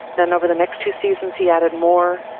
then, over the next two seasons, he added more.